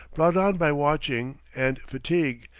brought on by watching and fatigue,